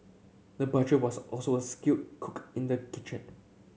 the butcher was also a skilled cook in the kitchen